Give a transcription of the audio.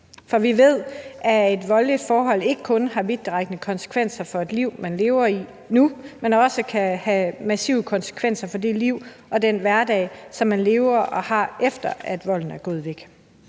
for vi ved, at et voldeligt forhold ikke kun har vidtrækkende konsekvenser for det liv, man lever i nu, men også kan have massive konsekvenser for det liv og den hverdag, som man lever og har, efter at volden er gået væk.